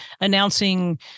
announcing